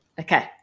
Okay